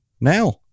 now